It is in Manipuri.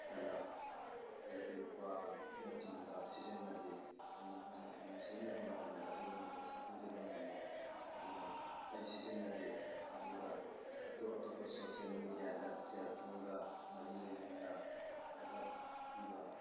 ꯇꯂꯞ ꯑꯇꯩ ꯑꯇꯩ ꯀ꯭ꯋꯥꯅꯆꯤꯡꯅ ꯁꯤꯖꯤꯟꯅꯗꯦ ꯀꯩꯒꯤꯅꯣ ꯍꯥꯏꯕ ꯃꯇꯝ ꯁꯤꯖꯤꯟꯅꯕ ꯃꯇꯝꯗ ꯑꯩꯉꯣꯟꯗ ꯄꯩꯁꯥ ꯇꯨꯡꯁꯤꯟꯕ ꯉꯝꯃꯣꯏ ꯑꯗꯨꯅ ꯑꯩ ꯁꯤꯖꯤꯟꯅꯗꯦ ꯑꯗꯨꯒ ꯑꯇꯣꯞ ꯑꯇꯣꯞꯄ ꯁꯣꯁꯦꯜ ꯃꯦꯗꯤꯌꯥꯗ ꯁꯦꯜ ꯊꯨꯝꯒ ꯃꯔꯤ ꯂꯩꯅꯅ ꯄꯥꯎꯇꯥꯛ ꯄꯤꯕ